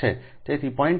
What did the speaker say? તેથી 0